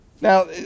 Now